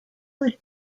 would